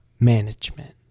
management